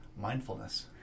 mindfulness